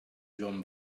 john